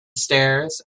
stairs